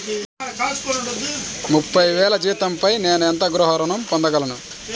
ముప్పై వేల జీతంపై నేను ఎంత గృహ ఋణం పొందగలను?